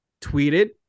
tweeted